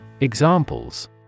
Examples